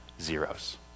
zeros